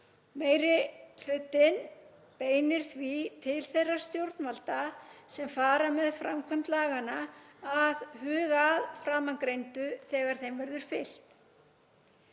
Meiri hlutinn beinir því til þeirra stjórnvalda sem fara með framkvæmd laganna að huga að framangreindu þegar þeim verður framfylgt.